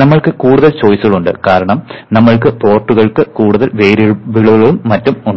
നമ്മൾക്ക് കൂടുതൽ ചോയ്സുകൾ ഉണ്ട് കാരണം നമ്മൾക്ക് പോർട്ടുകൾക്ക് കൂടുതൽ വേരിയബിളുകളും മറ്റും ഉണ്ട്